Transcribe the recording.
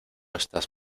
estás